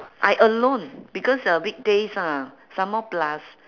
I alone because uh weekdays ah some more plus